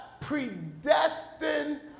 predestined